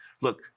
Look